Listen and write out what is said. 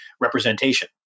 representation